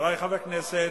חברי חברי הכנסת,